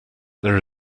there